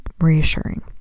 reassuring